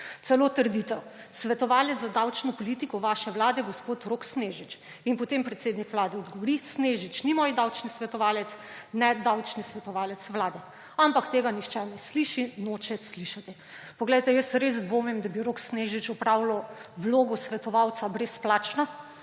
Celo trdite: »svetovalec za davčno politiko vaše vlade, gospod Rok Snežič«. In potem predsednik vlade odgovori, Snežič ni moj davčni svetovalec, ne davčni svetovalec vlade. Ampak tega nihče ne sliši, noče slišati. Poglejte, jaz res dvomim, da bi Rok Snežič opravljal vlogo svetovalca brezplačno.